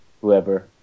whoever